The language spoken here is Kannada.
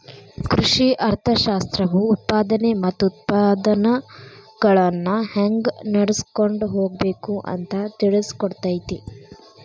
ಕೃಷಿ ಅರ್ಥಶಾಸ್ತ್ರವು ಉತ್ಪಾದನೆ ಮತ್ತ ಉತ್ಪನ್ನಗಳನ್ನಾ ಹೆಂಗ ನಡ್ಸಕೊಂಡ ಹೋಗಬೇಕು ಅಂತಾ ತಿಳ್ಸಿಕೊಡತೈತಿ